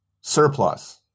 surplus